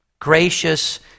Gracious